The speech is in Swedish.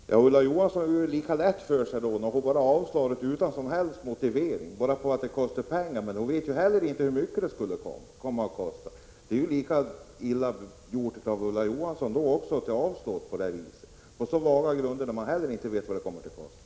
Herr talman! Ulla Johansson gör det lika lätt för sig när hon bara avslår försäkringen utan någon som helst motivering — bara för att den kostar pengar. Men inte heller hon vet hur mycket den skulle komma att kosta. Det är ju lika illa gjort av Ulla Johansson att avslå på så osäkra grunder. Hon vet ju inte heller vad detta kommer att kosta.